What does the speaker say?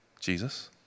Jesus